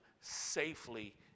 safely